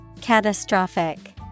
Catastrophic